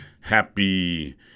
Happy